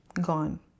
Gone